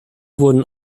wurden